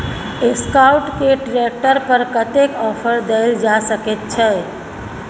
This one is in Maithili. एसकाउट के ट्रैक्टर पर कतेक ऑफर दैल जा सकेत छै?